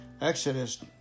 Exodus